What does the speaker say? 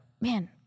man